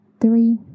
three